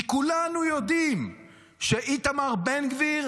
כי כולנו יודעים שאיתמר בן גביר,